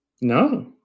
No